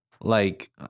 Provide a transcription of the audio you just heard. like-